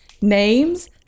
names